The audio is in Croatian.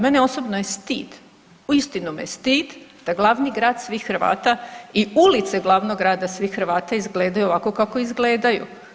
Mene osobno je stid, uistinu me stid da glavni grad svih Hrvata i ulice glavnog grada svih Hrvata izgledaju ovako kako izgledaju.